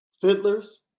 Fiddlers